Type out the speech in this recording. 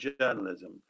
journalism